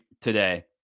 today